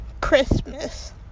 Christmas